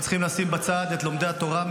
אנחנו צריכים לשים בצד את לומדי התורה,